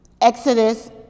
Exodus